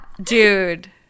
Dude